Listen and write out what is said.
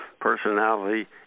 personality